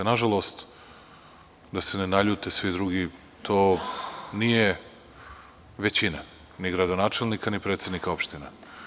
Nažalost, da se ne naljute svi drugi, to nije većina ni gradonačelnika ni predsednika opština.